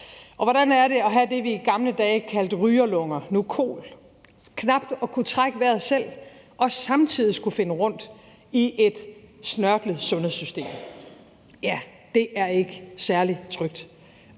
Hvordan er det at have det, vi i gamle dage kaldte rygerlunger, nu kol, knap at kunne trække vejret selv og samtidig skulle finde rundt i et snørklet sundhedssystem? Ja, det er ikke særlig trygt.